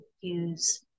use